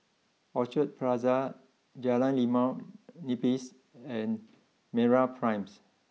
Orchard Plaza Jalan Limau Nipis and MeraPrime